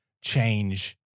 change